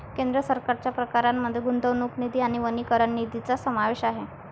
केंद्र सरकारच्या प्रकारांमध्ये गुंतवणूक निधी आणि वनीकरण निधीचा समावेश आहे